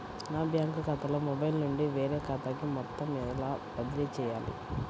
నా బ్యాంక్ ఖాతాలో మొబైల్ నుండి వేరే ఖాతాకి మొత్తం ఎలా బదిలీ చేయాలి?